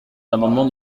l’amendement